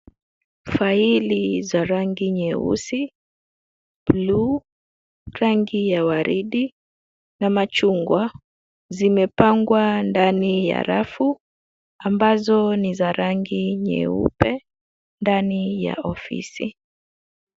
Faili za rangi nyeusi, blue , rangi ya waridi na machungwa zimepangwa ndani ya rafu ambazo ni za rangi nyeupe ndani ya ofisi.